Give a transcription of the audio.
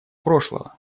прошлого